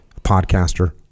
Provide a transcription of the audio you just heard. podcaster